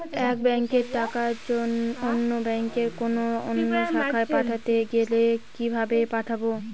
এক ব্যাংকের টাকা অন্য ব্যাংকের কোন অন্য শাখায় পাঠাতে গেলে কিভাবে পাঠাবো?